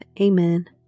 Amen